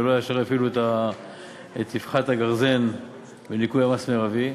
ולא יפעילו ישר את אבחת הגרזן בניכוי מס מרבי.